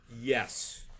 Yes